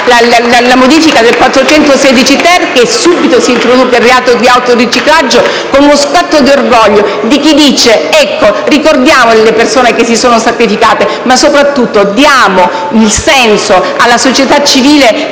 la modifica dell'articolo 416-*ter*, che subito si introduca il reato di autoriciclaggio, con uno scatto di orgoglio di chi vuole ricordare le persone che si sono sacrificate. E soprattutto diamo il senso, alla società civile